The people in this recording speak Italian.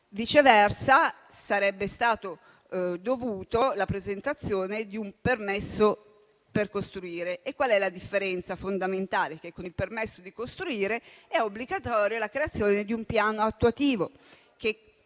Viceversa, sarebbe stata dovuta la presentazione di un permesso per costruire. La differenza fondamentale è che, con il permesso di costruire è obbligatoria la creazione di un piano attuativo, che consideri